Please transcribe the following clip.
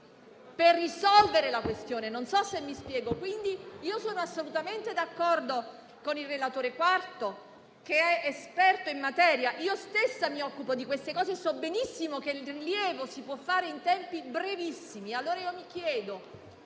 per risolvere la questione. Non so se mi spiego. Sono assolutamente d'accordo con il relatore Quarto, che è esperto in materia; io stessa mi occupo di queste problematiche e so benissimo che il rilievo può essere fatto in tempi brevissimi. Mi chiedo,